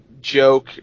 joke